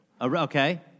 Okay